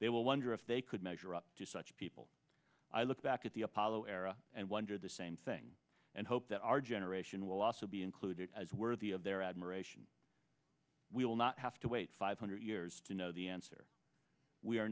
they will wonder if they could measure up to such people i look back at the apollo era and wonder the same thing and hope that our generation will also be included as worthy of their admiration we will not have to wait five hundred years to know the answer we